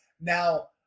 Now